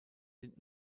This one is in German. sind